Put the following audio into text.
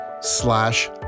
slash